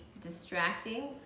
distracting